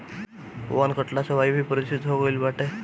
वन कटला से वायु भी प्रदूषित हो गईल बाटे